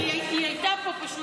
היא הייתה פה.